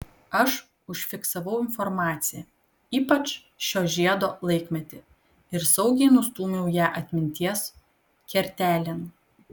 aš užfiksavau informaciją ypač šio žiedo laikmetį ir saugiai nustūmiau ją atminties kertelėn